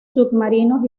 submarinos